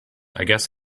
guess